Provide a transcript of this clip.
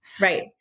Right